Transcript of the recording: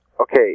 okay